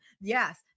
Yes